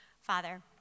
Father